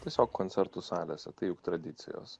tiesiog koncertų salėse tai juk tradicijos